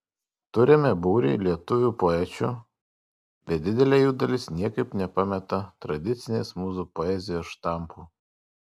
turime būrį lietuvių poečių bet didelė jų dalis niekaip nepameta tradicinės mūsų poezijos štampų